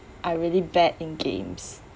are really bad in games